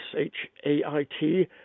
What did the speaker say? S-H-A-I-T